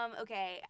Okay